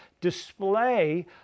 display